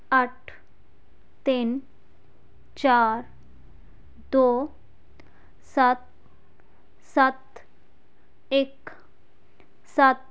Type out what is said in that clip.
ਅੱਠ ਤਿੰਨ ਚਾਰ ਦੋ ਸੱਤ ਸੱਤ ਇੱਕ ਸੱਤ